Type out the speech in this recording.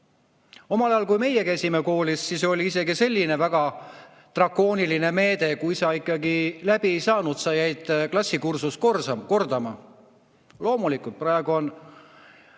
Omal ajal, kui meie käisime koolis, oli isegi selline väga drakooniline meede, et kui sa läbi ei saanud, jäid klassikursust kordama. Loomulikult, praegu on